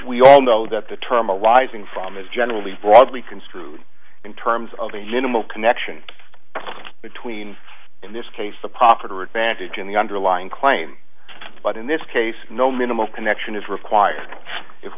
we all know that the term a wising from is generally broadly construed in terms of a minimal connection between in this case the property or advantage in the underlying claim but in this case no minimal connection is required if